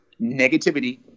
negativity